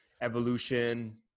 evolution